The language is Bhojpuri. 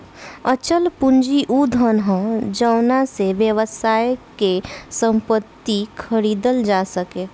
अचल पूंजी उ धन ह जावना से व्यवसाय के संपत्ति खरीदल जा सके